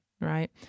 Right